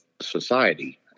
society